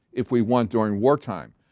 if we want, during war time.